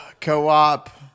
co-op